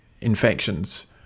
infections